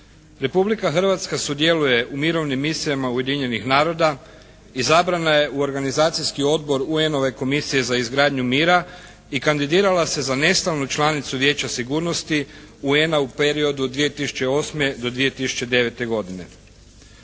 Republika Hrvatska sudjeluje u mirovnim misijama Ujedinjenih naroda, izabrana je u organizacijski odbor UN-ove Komisije za izgradnju mira i kandidirala se na nestalnu članicu Vijeća sigurnosti UN-a u periodu od 2008. do 2009. godine.